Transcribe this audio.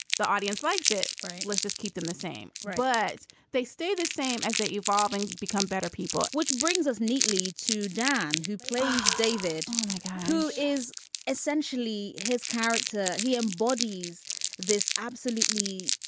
the audience likes it. right. let's just keep them the same but they stay the same as their evolving become better people which brings us neatly to dan who plays david like who is essentially his character. he embodies this. absolutely